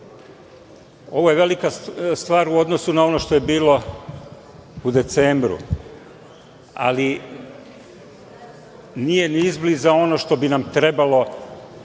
ovo je velika stvar u odnosu na ono što je bilo u decembru, ali nije ni izbliza ono što bi nam trebalo